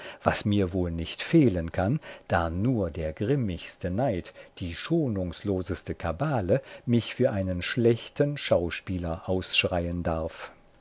was mir wohl nicht fehlen kann da nur der grimmigste neid die schonungsloseste kabale mich für einen schlechten schauspieler ausschreien darf